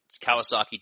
Kawasaki